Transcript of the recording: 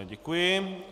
Děkuji.